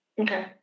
Okay